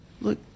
Look